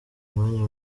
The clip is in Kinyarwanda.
umwanya